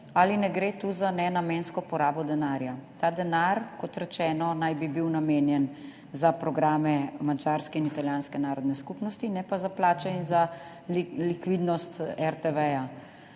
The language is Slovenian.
RTV za nenamensko porabo denarja? Ta denar, kot rečeno, naj bi bil namenjen za programe madžarske in italijanske narodne skupnosti, ne pa za plače in likvidnost RTV.